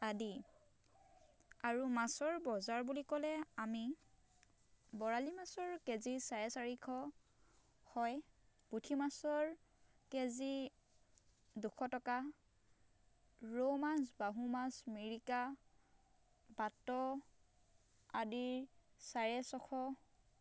আদি আৰু মাছৰ বজাৰ বুলি ক'লে আমি বৰালি মাছৰ কেজি চাৰে চাৰিশ হয় পুঠি মাছৰ কেজি দুশ টকা ৰৌ মাছ বাহু মাছ মিৰিকা বাত আদিৰ চাৰে ছশ